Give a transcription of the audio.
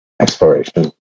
exploration